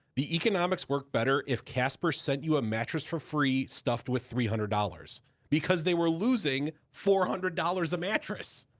the economics work better if casper sent you a mattress for free, stuffed with three hundred, because they were losing four hundred dollars a mattress.